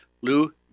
Lou